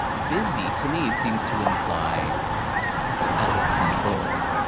busy, to me, seems to imply like out of control.